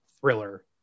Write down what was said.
thriller